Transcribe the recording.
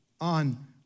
on